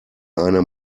eine